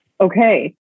Okay